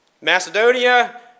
Macedonia